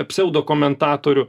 pseudo komentatorių